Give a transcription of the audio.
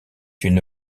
une